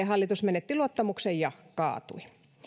hallitus menetti luottamuksen ja kaatui